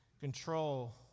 control